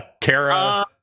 Kara